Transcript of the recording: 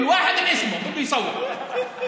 (אומר בערבית: